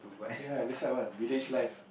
ya this one I want village life